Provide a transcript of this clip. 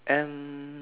N